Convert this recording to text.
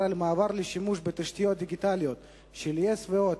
במעבר לשימוש בתשתיות דיגיטליות של yes ו"הוט",